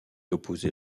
opposer